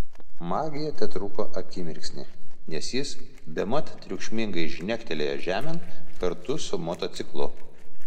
magija tetruko akimirksnį nes jis bemat triukšmingai žnektelėjo žemėn kartu su motociklu